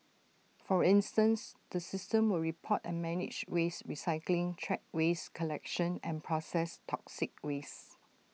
for incense the system will report and manage waste recycling track waste collection and processed toxic waste